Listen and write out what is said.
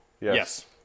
Yes